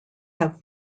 have